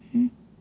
mm